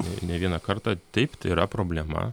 ne ne vieną kartą taip tai yra problema